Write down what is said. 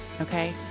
Okay